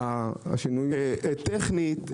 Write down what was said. טכנית,